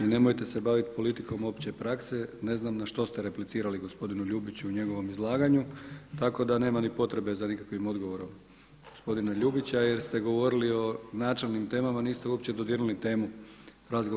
i nemojte se baviti politikom opće prakse, ne znam na što ste replicirali gospodinu Ljubiću u njegovom izlaganju tako da nema ni potrebe za nikakvim odgovorom gospodina Ljubića jer ste govorili o načelnim temama a niste uopće dodirnuli temu razgovora.